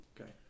Okay